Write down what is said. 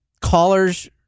callers